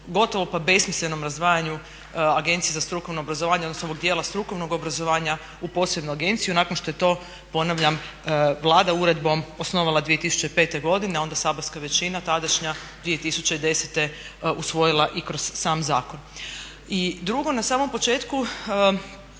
gotovo pa besmislenom razdvajanju Agencije za strukovno obrazovanje, odnosno ovog dijela strukovnog obrazovanja u posebnu agenciju nakon što je to ponavljam Vlada uredbom osnovala 2005. godine, a onda saborska većina tadašnja 2010. usvojila i kroz sam Zakon. I drugo, na samom početku